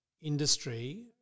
industry